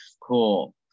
Cool